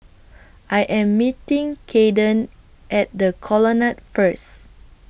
I Am meeting Caden At The Colonnade First